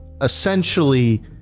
Essentially